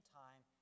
time